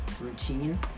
routine